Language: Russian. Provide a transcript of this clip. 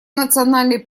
национальный